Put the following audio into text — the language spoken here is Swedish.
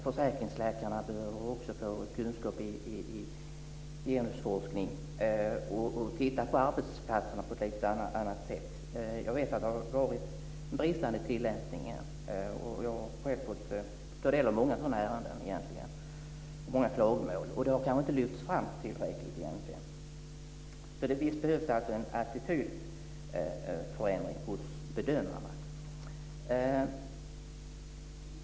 Försäkringsläkarna behöver också få kunskap i genusforskning och titta på arbetsplatserna på ett annat sätt. Jag vet att det har varit en bristande tillämpning. Jag har själv fått ta del av många sådana här ärenden och många klagomål. Det har kanske inte lyfts fram tillräckligt. Visst behövs det en attitydförändring hos bedömarna.